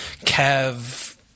Kev